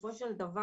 בסופו של דבר,